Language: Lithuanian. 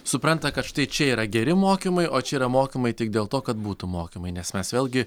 supranta kad štai čia yra geri mokymai o čia yra mokymai tik dėl to kad būtų mokymai nes mes vėlgi